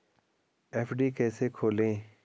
FD कैसे खोलें?